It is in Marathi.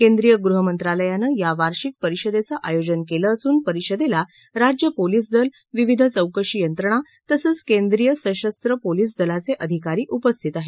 केंद्रीय गृहमंत्रालयानं या वार्षिक परिषदेचं आयोजन केलं असून परिषदेला राज्यपोलिस दल विविध चौकशी यंत्रणा तसंच केंद्रीय सशस्त्र पोलिस दलाघे अधिकारी उपस्थित आहेत